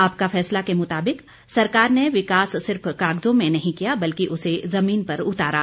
आपका फैसला के मुताबिक सरकार ने विकास सिर्फ कागजों में नहीं किया बल्कि उसे जमीन पर उतारा